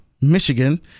michigan